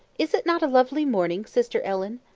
is it not a lovely morning, sister ellen?